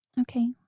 Okay